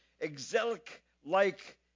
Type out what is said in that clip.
exilic-like